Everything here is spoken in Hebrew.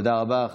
תודה רבה.